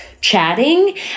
chatting